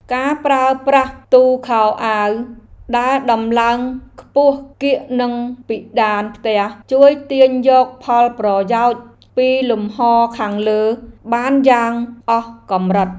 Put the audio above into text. ការប្រើប្រាស់ទូខោអាវដែលដំឡើងខ្ពស់កៀកនឹងពិដានផ្ទះជួយទាញយកផលប្រយោជន៍ពីលំហរខាងលើបានយ៉ាងអស់កម្រិត។